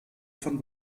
von